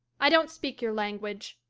i don't speak your language,